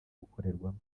gukorerwamo